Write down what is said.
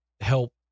help